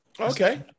Okay